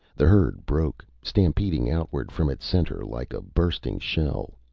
the herd broke, stampeding outward from its center like a bursting shell.